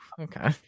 okay